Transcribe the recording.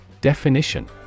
Definition